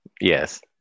Yes